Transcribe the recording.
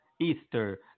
Easter